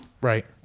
Right